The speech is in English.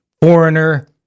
Foreigner